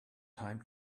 time